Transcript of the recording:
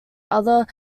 other